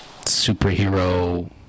superhero